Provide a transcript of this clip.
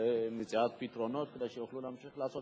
ולדאוג שכל המידע על